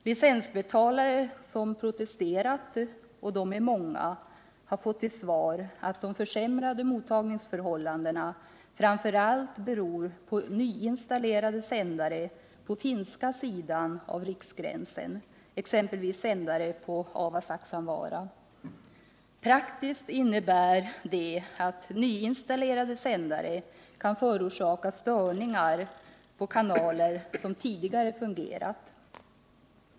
Licensbetalare som har protesterat — och de är många — har fått till svar att de försämrade mottagningsförhållandena framför allt beror på nyinstallerade sändare på finska sidan av Riksgränsen, exempelvis sändare på Aavasaksanvaara. Praktiskt innebär det att nyinstallerade sändare kan förorsaka störningar på kanaler som tidigare har fungerat.